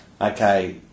Okay